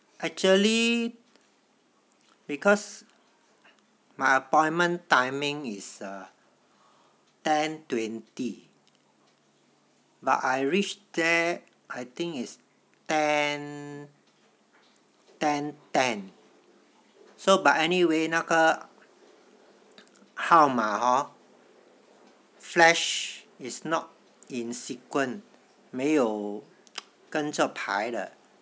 actually because my appointment timing is uh ten twenty but I reach there I think is ten ten ten so but anyway 那个号码 hor flash is not in sequence 没有跟着排的